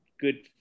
good